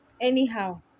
anyhow